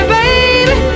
baby